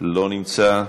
לא נמצא,